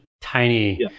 tiny